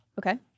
Okay